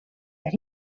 that